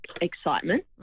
excitement